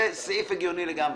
זה סעיף הגיוני לגמרי.